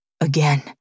Again